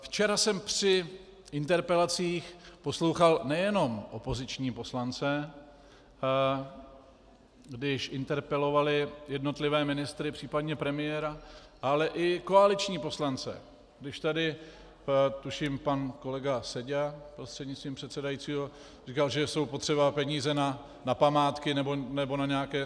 Včera jsem při interpelacích poslouchal nejenom opoziční poslance, když interpelovali jednotlivé ministry, případně premiéra, ale i koaliční poslance, když tady tuším pan kolega Seďa, prostřednictvím předsedajícího, říkal, že jsou potřeba peníze na památky nebo na nějaké...